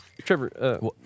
Trevor